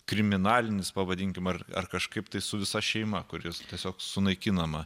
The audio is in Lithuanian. kriminalinis pavadinkim ar ar kažkaip tai su visa šeima kuri tiesiog sunaikinama